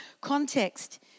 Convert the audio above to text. context